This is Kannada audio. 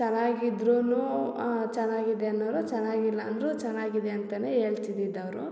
ಚೆನ್ನಾಗಿದ್ರೂನೂ ಚೆನ್ನಾಗಿದೆ ಅನ್ನೋರು ಚೆನ್ನಾಗಿಲ್ಲ ಅಂದರೂ ಚೆನ್ನಾಗಿದೆ ಅಂತಲೇ ಹೇಳ್ತಿದ್ದಿದ್ದು ಅವರು